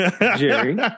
jerry